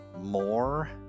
more